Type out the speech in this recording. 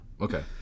okay